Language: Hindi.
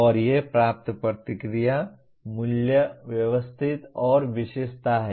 और ये प्राप्त प्रतिक्रिया मूल्य व्यवस्थित और विशेषता हैं